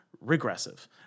regressive